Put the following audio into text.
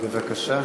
בבקשה.